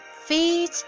feet